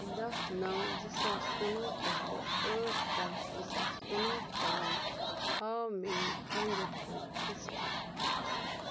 دپ نو زٕ ساس کُنوُہ پٮ۪ٹھٕ ٲٹھ دہ زٕ ساس کُنوُہ تام ہاو میٲنۍ ٹرانزیکشن ہسٹری